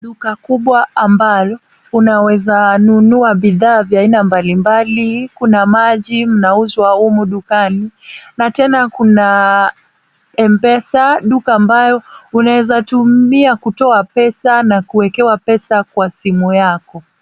Duka kubwa ambalo unaweza nunua bidhaa vya aina mbali mbali, kuna maji inauzwa humu dukani na tena kuna M-Pesa, duka mbayo unaweza tumia kutoa pesa na kuwekewa pesa kwa simu yako.